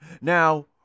Now